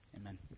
Amen